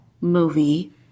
movie